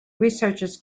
researchers